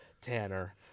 Tanner